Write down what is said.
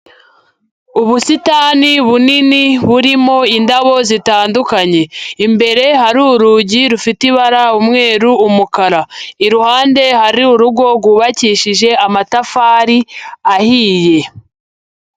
Ubusitani bunini burimo indabo zitandukanye, imbere hari urugi rufite ibara umweru, umukara, iruhande hari urugo rwubakishije amatafari ahiye.